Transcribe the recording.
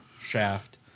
shaft